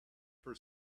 for